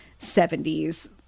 70s